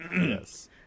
yes